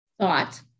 thought